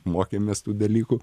mokėmės tų dalykų